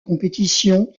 compétition